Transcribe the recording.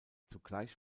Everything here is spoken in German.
zugleich